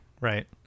right